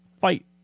fight